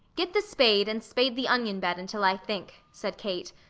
get the spade and spade the onion bed until i think, said kate.